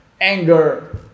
anger